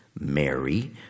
Mary